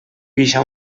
pixa